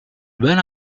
when